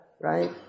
Right